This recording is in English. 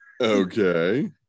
Okay